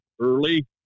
early